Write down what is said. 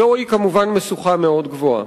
זוהי כמובן משוכה מאוד גבוהה,